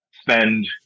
Spend